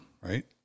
Right